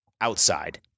outside